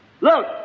Look